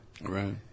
right